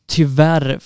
tyvärr